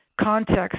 context